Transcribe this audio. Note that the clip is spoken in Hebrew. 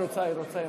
41